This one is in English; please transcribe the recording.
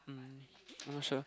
um I'm not sure